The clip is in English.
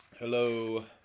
Hello